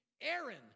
Aaron